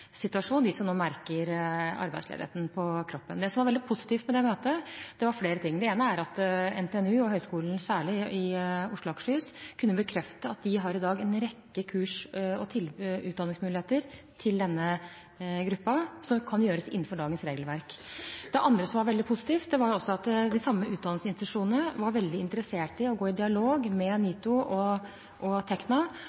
som nå merker arbeidsledigheten på kroppen. Det var flere ting som var veldig positivt med det møtet. Det ene var at NTNU og særlig Høgskolen i Oslo og Akershus kunne bekrefte at de i dag har en rekke kurs og utdanningsmuligheter for denne gruppen, innenfor dagens regelverk. Det andre som var veldig positivt, var at de samme utdanningsinstitusjonene var veldig interessert i å gå i dialog med